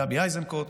גדי איזנקוט,